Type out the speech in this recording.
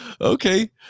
Okay